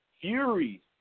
Fury